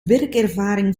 werkervaring